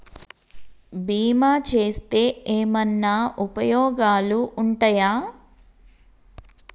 బీమా చేస్తే ఏమన్నా ఉపయోగాలు ఉంటయా?